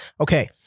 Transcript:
okay